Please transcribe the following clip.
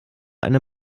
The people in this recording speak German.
eine